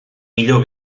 millor